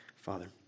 Father